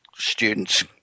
students